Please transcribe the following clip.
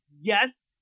yes